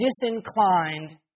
disinclined